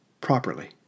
properly